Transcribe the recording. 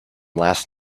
last